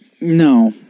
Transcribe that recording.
No